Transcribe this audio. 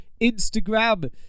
Instagram